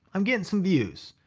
i'm getting some views,